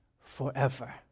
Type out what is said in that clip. forever